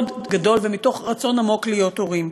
גדול ומתוך רצון עמוק להיות הורים.